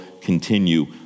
continue